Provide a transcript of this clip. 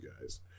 guys